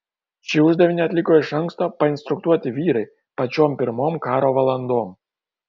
šį uždavinį atliko iš anksto painstruktuoti vyrai pačiom pirmom karo valandom